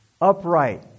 upright